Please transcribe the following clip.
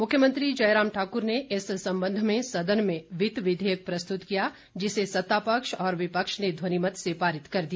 मुख्यमंत्री जयराम ठाकुर ने इस संबंध में सदन में वित्त विधेयक प्रस्तुत किया जिसे सत्तापक्ष और विपक्ष ने ध्वनिमत से पारित कर दिया